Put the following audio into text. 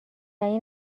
این